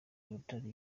rotary